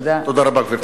תודה רבה, גברתי.